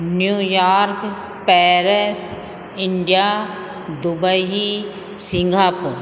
New York Paris India Dubai Singapore